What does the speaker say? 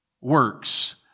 works